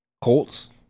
Colts